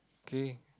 okay